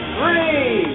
Three